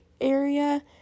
area